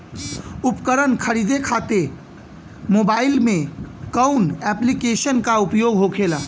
उपकरण खरीदे खाते मोबाइल में कौन ऐप्लिकेशन का उपयोग होखेला?